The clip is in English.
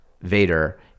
Vader